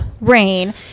rain